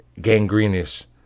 gangrenous